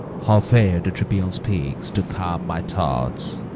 how fair the tribune speaks to calm my thoughts.